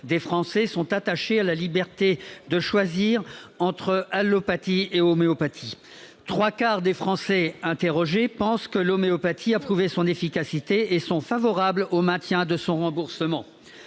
des Français sont attachés à la liberté de choisir entre allopathie et homéopathie. Trois quarts des Français interrogés pensent que l'homéopathie a prouvé son efficacité et sont favorables au maintien de son remboursement.